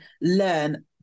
learn